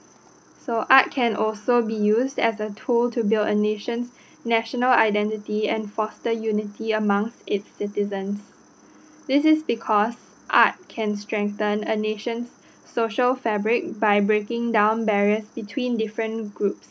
so art can also be used as a tool to build a nation's national identity and foster unity among its citizens this is because art can strengthen a nation's social fabric by breaking down barriers between different groups